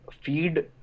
feed